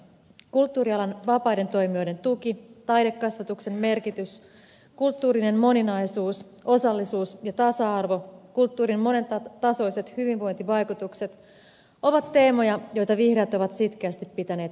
kulttuurialan vapaiden toimijoiden tuki taidekasvatuksen merkitys kulttuurinen moninaisuus osallisuus ja tasa arvo kulttuurin monen tasoiset hyvinvointivaikutukset ovat teemoja joita vihreät ovat sitkeästi pitäneet esillä